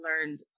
learned